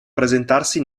presentarsi